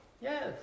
Yes